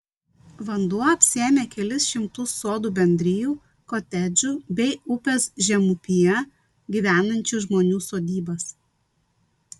vanduo apsėmė kelis šimtus sodų bendrijų kotedžų bei upės žemupyje gyvenančių žmonių sodybas